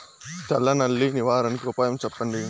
తెల్ల నల్లి నివారణకు ఉపాయం చెప్పండి?